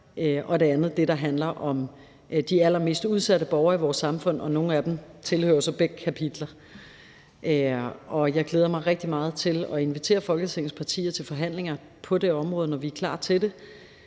og det andet er det, der handler om de allermest udsatte borgere i vores samfund. Og nogle af de borgere hører jo så under begge afsnit. Jeg glæder mig rigtig meget til at invitere Folketingets partier til forhandlinger på det område, når vi er klar til det.